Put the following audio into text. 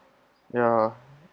ya